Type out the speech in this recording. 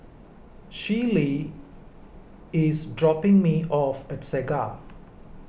Schley is dropping me off at Segar